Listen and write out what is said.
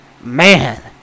man